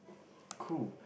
cool